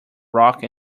rock